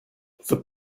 the